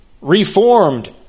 Reformed